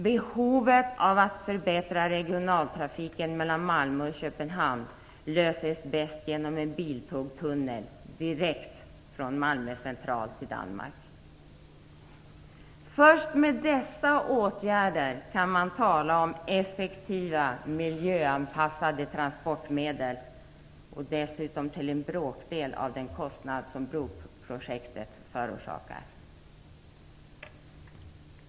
Behovet av att förbättra regionaltrafiken mellan Malmö och Köpenhamn löses bäst genom en biltunnel direkt från Malmö central till Först med dessa åtgärder kan man tala om effektiva miljöanpassade transportmedel, dessutom till en bråkdel av den kostnad som broprojektet förorsakar.